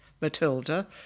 Matilda